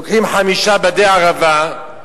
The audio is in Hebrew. לוקחים חמישה בדי ערבה,